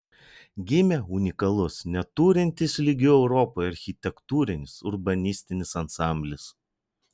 gimė unikalus neturintis lygių europoje architektūrinis urbanistinis ansamblis